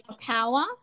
power